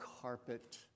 carpet